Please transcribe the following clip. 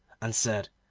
and said,